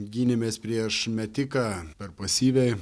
gynėmės prieš metiką per pasyviai